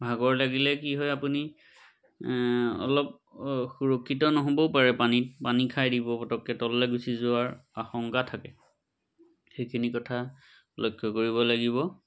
ভাগৰ লাগিলে কি হয় আপুনি অলপ সুৰক্ষিত নহ'বও পাৰে পানীত পানী খাই দিব পটককৈ তললৈ গুচি যোৱাৰ আশংকা থাকে সেইখিনি কথা লক্ষ্য কৰিব লাগিব